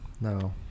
no